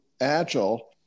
agile